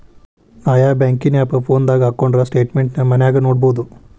ಆಯಾ ಬ್ಯಾಂಕಿನ್ ಆಪ್ ಫೋನದಾಗ ಹಕ್ಕೊಂಡ್ರ ಸ್ಟೆಟ್ಮೆನ್ಟ್ ನ ಮನ್ಯಾಗ ನೊಡ್ಬೊದು